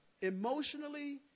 Emotionally